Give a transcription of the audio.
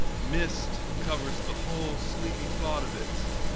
mist covers the whole sleepy thought of it,